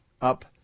up